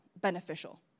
beneficial